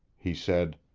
he said.